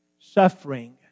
suffering